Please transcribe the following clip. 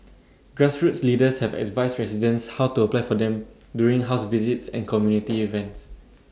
grassroots leaders have advised residents how to apply for them during house visits and community events